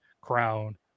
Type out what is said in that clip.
crown